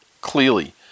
clearly